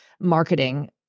marketing